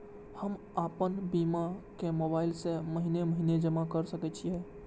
हम आपन बीमा के मोबाईल से महीने महीने जमा कर सके छिये?